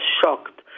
shocked